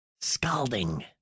Scalding